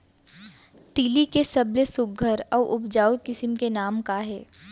तिलि के सबले सुघ्घर अऊ उपजाऊ किसिम के नाम का हे?